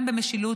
גם במשילות,